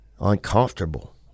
uncomfortable